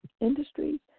industries